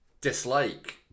dislike